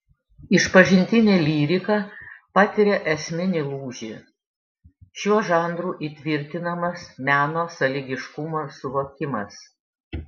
išpažintinė lyrika patiria esminį lūžį šiuo žanru įtvirtinamas meno sąlygiškumo suvokimas